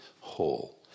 whole